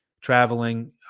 traveling